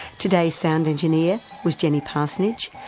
today's sound engineer was jenny parsonage,